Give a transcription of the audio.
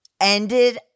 ended